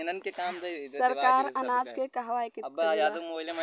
सरकार अनाज के कहवा एकत्रित करेला?